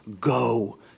go